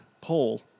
poll